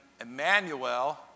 Emmanuel